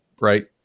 right